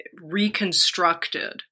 reconstructed